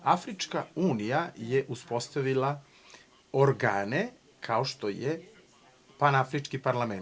Afrička unija je uspostavila organe kao što je Panafrički parlament.